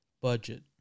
budget